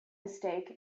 mistake